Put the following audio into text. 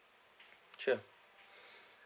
sure